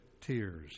tears